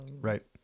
Right